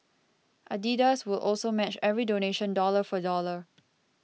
Adidas will also match every donation dollar for dollar